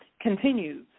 continues